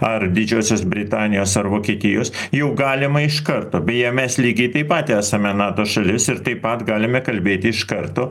ar didžiosios britanijos ar vokietijos jau galima iš karto beje mes lygiai taip pat esame nato šalis ir taip pat galime kalbėti iš karto